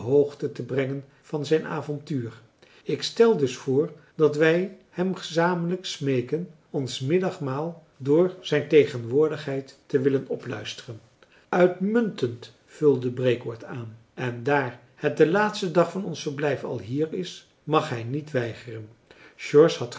hoogte te brengen van zijn avontuur ik stel dus voor dat wij hem gezamenlijk smeeken ons middagmaal door zijn tegenwoordigheid te willen opluisteren uitmuntend vulde breekoord aan en daar het de laatste dag van ons verblijf alhier is mag hij niet weigeren george had